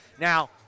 now